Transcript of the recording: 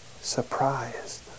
surprised